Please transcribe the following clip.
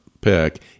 pick